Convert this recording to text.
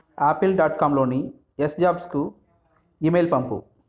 apple dot కామ్లోని ఎస్జాబ్స్కు email పంపు